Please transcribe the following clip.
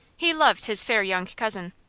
he loved his fair young cousin.